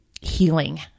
healing